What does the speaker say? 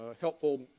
helpful